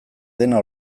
dena